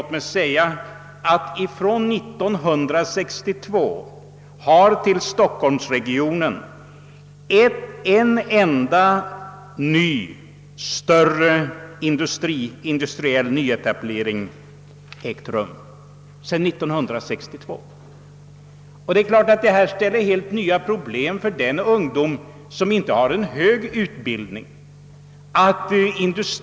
Låt mig bara säga att från 1962 har till stockholmsregionen en enda större industriell nyetablering ägt rum. Den omständigheten att det blir allt svårare att få industriarbete medför naturligtvis helt nya problem för de ungdomar som inte har någon hög utbildning.